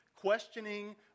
questioning